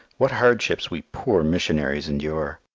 what hardships we poor missionaries endure!